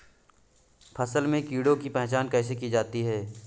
फसल में कीड़ों की पहचान कैसे की जाती है?